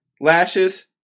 lashes